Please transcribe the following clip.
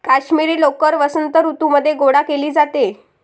काश्मिरी लोकर वसंत ऋतूमध्ये गोळा केली जाते